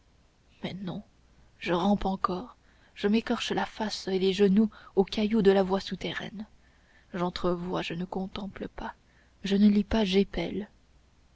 mais non je rampe encore je m'écorche la face et les genoux aux cailloux de la voie souterraine j'entrevois je ne contemple pas je ne lis pas